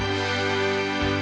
and